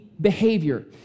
Behavior